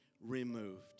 removed